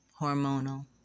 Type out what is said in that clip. hormonal